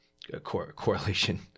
correlation